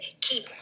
keep